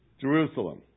Jerusalem